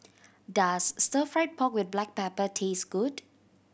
does Stir Fried Pork With Black Pepper taste good